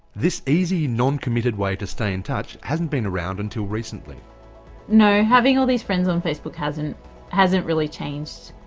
this easy, non-committed way to stay in touch hasn't been around until recently. you know, having all these friends on facebook hasn't hasn't really changed.